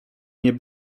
nie